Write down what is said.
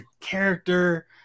character